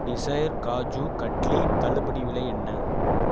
desire kaju katli தள்ளுபடி விலை என்ன